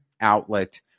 outlet